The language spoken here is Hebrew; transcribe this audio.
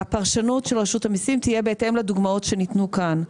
הפרשנות של רשות המסים תהיה בהתאם לדוגמאות שניתנו כאן,